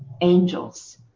angels